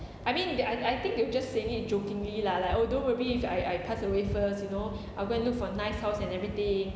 I mean I I think they were just saying it jokingly lah like oh don't worry if I I pass away first you know I'll go and look for nice house and everything